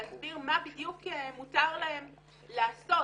להסביר מה בדיוק מותר להן לעשות,